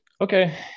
Okay